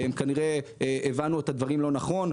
כנראה הבנו את הדברים לא נכון.